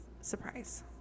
surprise